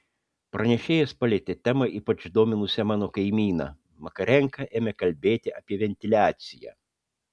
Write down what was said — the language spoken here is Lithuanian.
pranešėjas palietė temą ypač dominusią mano kaimyną makarenka ėmė kalbėti apie ventiliaciją